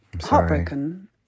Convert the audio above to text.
heartbroken